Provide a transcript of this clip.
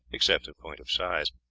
except in point of size.